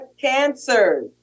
cancer